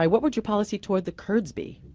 um what would your policy toward the kurds be?